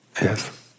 Yes